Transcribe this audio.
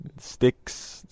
Sticks